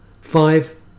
Five